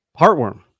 heartworm